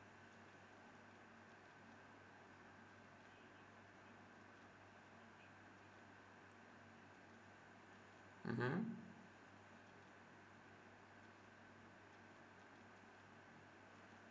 mmhmm